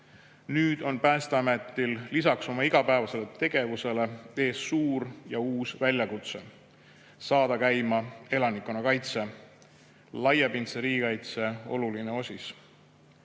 Nüüd on Päästeametil lisaks oma igapäevasele tegevusele ees suur ja uus väljakutse saada käima elanikkonnakaitse, laiapindse riigikaitse oluline osis.